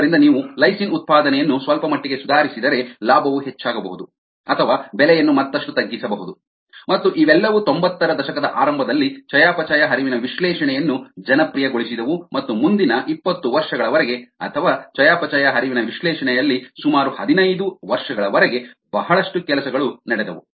ಆದ್ದರಿಂದ ನೀವು ಲೈಸಿನ್ ಉತ್ಪಾದನೆಯನ್ನು ಸ್ವಲ್ಪಮಟ್ಟಿಗೆ ಸುಧಾರಿಸಿದರೆ ಲಾಭವು ಹೆಚ್ಚಾಗಬಹುದು ಅಥವಾ ಬೆಲೆಯನ್ನು ಮತ್ತಷ್ಟು ತಗ್ಗಿಸಬಹುದು ಮತ್ತು ಇವೆಲ್ಲವೂ ತೊಂಬತ್ತರ ದಶಕದ ಆರಂಭದಲ್ಲಿ ಚಯಾಪಚಯ ಹರಿವಿನ ವಿಶ್ಲೇಷಣೆಯನ್ನು ಜನಪ್ರಿಯಗೊಳಿಸಿದವು ಮತ್ತು ಮುಂದಿನ ಇಪ್ಪತ್ತು ವರ್ಷಗಳವರೆಗೆ ಅಥವಾ ಚಯಾಪಚಯ ಹರಿವಿನ ವಿಶ್ಲೇಷಣೆಯಲ್ಲಿ ಸುಮಾರು ಹದಿನೈದು ವರ್ಷಗಳವರೆಗೆ ಬಹಳಷ್ಟು ಕೆಲಸಗಳು ನಡೆದವು